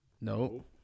No